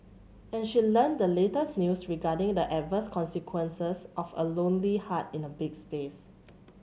and she learnt the latest news regarding the adverse consequences of a lonely heart in a big space